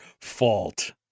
fault